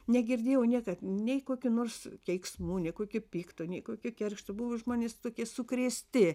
negirdėjau niekad nei kokių nors keiksmų nei kokio pikto nei kokio keršto buvo žmonės tokie sukrėsti